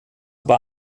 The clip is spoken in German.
war